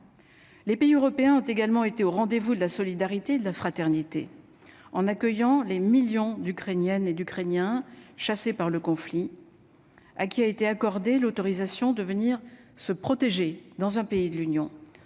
Les pays européens ont également été au rendez-vous de la solidarité, de la fraternité en accueillant les millions d'Ukrainiennes et d'Ukrainiens chassés par le conflit, à qui a été accordé l'autorisation de venir se protéger dans un pays de l'Union